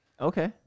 Okay